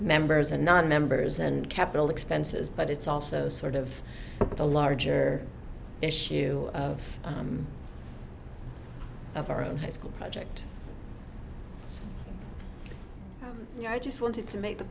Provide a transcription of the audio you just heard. members and nonmembers and capital expenses but it's also sort of the larger issue of of our own high school project i just wanted to make the